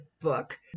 book